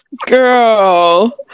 Girl